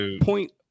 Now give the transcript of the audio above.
point